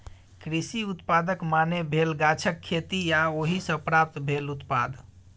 कृषि उत्पादक माने भेल गाछक खेती आ ओहि सँ प्राप्त भेल उत्पाद